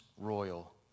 Royal